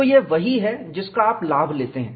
तो यह वही है जिसका आप लाभ लेते हैं